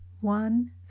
one